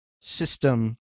system